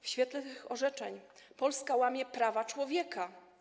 W świetle tych orzeczeń Polska łamie prawa człowieka.